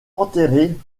enterrée